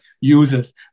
users